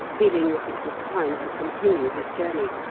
feeling that it was time to continue his journey.